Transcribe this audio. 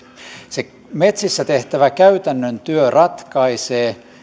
se metsissä tehtävä käytännön työ ratkaisee